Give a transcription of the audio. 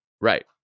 Right